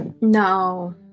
No